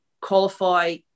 qualify